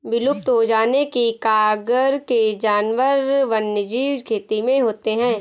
विलुप्त हो जाने की कगार के जानवर वन्यजीव खेती में होते हैं